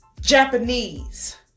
Japanese